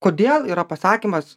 kodėl yra pasakymas